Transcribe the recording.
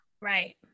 Right